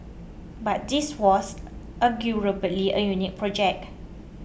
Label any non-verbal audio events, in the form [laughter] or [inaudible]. but this was [unintelligible] a unique project